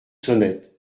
sonnette